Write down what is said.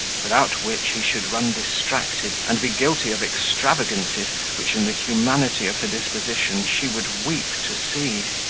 without which he should run distracted, and be guilty of extravagancies which, in the humanity of her disposition, she would weep to see.